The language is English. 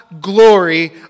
glory